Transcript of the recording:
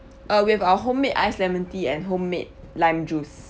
uh we have our homemade ice lemon tea and homemade lime juice